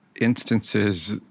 instances